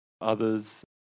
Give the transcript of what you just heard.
others